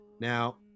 Now